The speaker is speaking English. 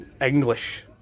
English